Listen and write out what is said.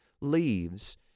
leaves